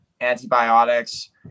antibiotics